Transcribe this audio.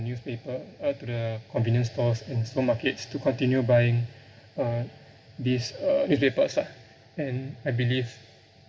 newspaper uh to the convenience stores and supermarkets to continue buying uh this uh newspapers lah and I believe